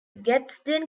gadsden